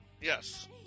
Yes